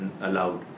allowed